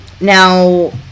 now